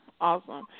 awesome